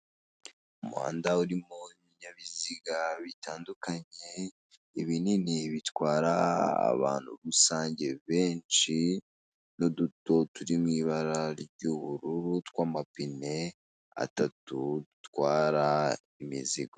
Umuhanda urimo ibinyabiziga bitandukanye, ibinini bitwara abantu rusange benshi na ututo turi mwibara rya ubururu twa amapine atatu dutwara imizigo.